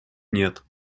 нет